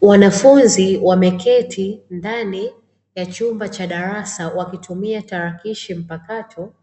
Wanafunzi wameketi ndani ya chumba cha darasa wakitumia tarakilishi mpakato